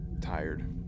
tired